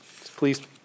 Please